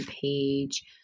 page